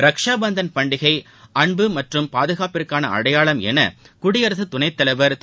ரக்ஷா பந்தன் பண்டிகை அன்பு மற்றும் பாதுகாப்பிற்கான அடையாளம் என குடியரசத் துணைத் தலைவர் திரு